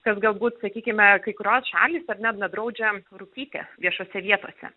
kas galbūt sakykime kai kurios šalys ar ne na draudžia rūkyti viešose vietose